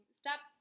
stop